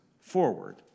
forward